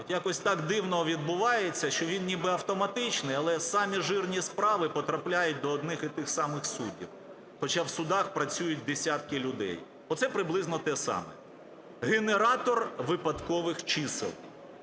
якось так дивно відбувається, що він, ніби, автоматичний, але самі "жирні" справи потрапляють до одних і тих самих суддів. Хоча в судах працюють десятки людей. Оце приблизно те саме. Генератор випадкових чисел